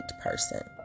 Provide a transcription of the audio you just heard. person